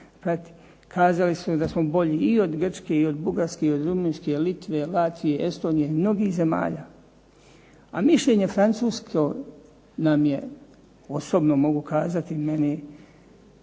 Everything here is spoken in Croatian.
Kazali su da smo bolji i od Grčke i od Bugarske i od Rumunjske, Litve, Latvije, Estonije, mnogih zemalja, a mišljenje francusko nam je osobno mogu kazati meni